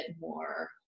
more